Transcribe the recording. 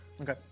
Okay